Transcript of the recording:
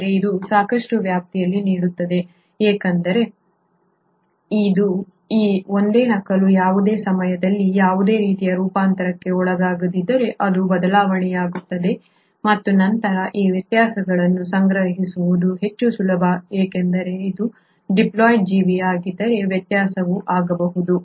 ಆದರೆ ಇದು ಸಾಕಷ್ಟು ವ್ಯಾಪ್ತಿಯನ್ನು ನೀಡುತ್ತದೆ ಏಕೆಂದರೆ ಈ ಒಂದೇ ನಕಲು ಯಾವುದೇ ಸಮಯದಲ್ಲಿ ಯಾವುದೇ ರೀತಿಯ ರೂಪಾಂತರಕ್ಕೆ ಒಳಗಾಗಿದ್ದರೆ ಅದು ಬದಲಾವಣೆಯಾಗುತ್ತದೆ ಮತ್ತು ನಂತರ ಈ ವ್ಯತ್ಯಾಸಗಳನ್ನು ಸಂಗ್ರಹಿಸುವುದು ಹೆಚ್ಚು ಸುಲಭ ಏಕೆಂದರೆ ಅದು ಡಿಪ್ಲಾಯ್ಡ್ ಜೀವಿ ಆಗಿದ್ದರೆ ವ್ಯತ್ಯಾಸವು ಆಗಬಹುದು